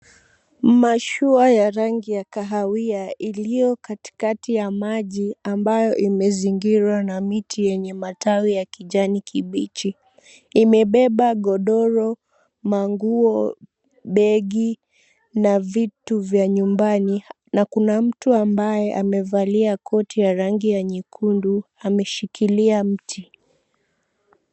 Mashua ya rangi ya kahawia, iliyo katikati ya maji ambayo imezingirwa na miti yenye matawi ya kijani kibichi. Imebeba godoro, manguo, begi na vitu vya nyumbani, na kuna mtu ambaye amevalia koti ya rangi ya nyekundu ameshikilia mti.